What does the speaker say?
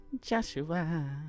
Joshua